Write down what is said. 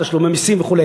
תשלומי מסים וכו'.